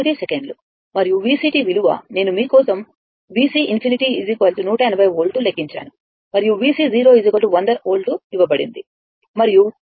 1 సెకన్లు మరియు VCవిలువ నేను మీ కోసం VC ∞ 180 వోల్ట్ లెక్కించాను మరియు VC 100 వోల్ట్ ఇవ్వబడింది మరియు τ 0